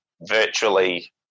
virtually